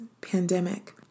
pandemic